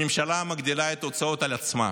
הממשלה מגדילה את ההוצאות על עצמה,